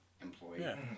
employee